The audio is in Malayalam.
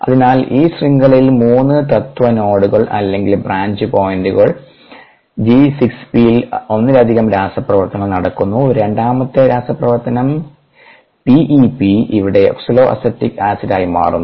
അതിനാൽ ഈ ശൃംഖലയിൽ മൂന്ന് തത്ത്വ നോഡുകൾ അല്ലെങ്കിൽ ബ്രാഞ്ച് പോയിന്റുകളുണ്ട് G6Pൽ ഒന്നിലധികം രാസപ്രവർത്തനങ്ങൾ നടക്കുന്നു രണ്ടാമത്തെ രാസപ്രവർത്തനം പിഇപി PEP ഇവിടെ ഓക്സലോഅസെറ്റിക് ആസിഡ് ആയി മാറുന്നു